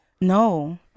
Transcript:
No